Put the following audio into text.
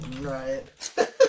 Right